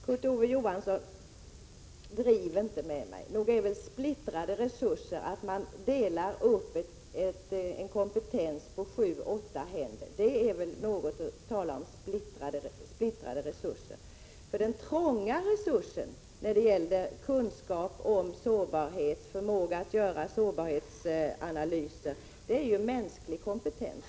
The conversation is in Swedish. Herr talman! Driv inte med mig, Kurt Ove Johansson. Nog är det väl att splittra resurser att dela upp en kompetens på sju åtta händer. Då kan man väl tala om splittrade resurser. Den trånga resursen när det gäller kunskapen om sårbarhet och förmågan att göra sårbarhetsanalyser är ju den mänskliga kompetensen.